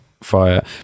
fire